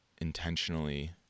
intentionally